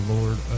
Lord